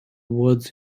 woods